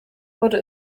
wurde